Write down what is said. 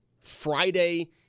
Friday